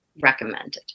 recommended